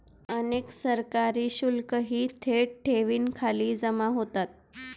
अनेक सरकारी शुल्कही थेट ठेवींखाली जमा होतात